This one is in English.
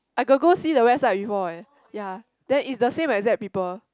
I got go see the website before eh ya then it's the same exact people